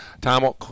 Tom